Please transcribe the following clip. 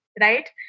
right